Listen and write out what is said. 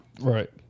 Right